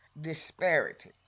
disparity